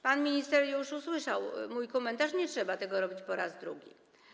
Pan minister już usłyszał mój komentarz, nie trzeba tego robić po raz drugi.